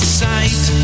sight